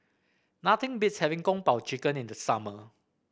nothing beats having Kung Po Chicken in the summer